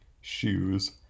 shoes